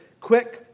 quick